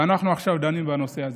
ואנחנו עכשיו דנים בנושא הזה.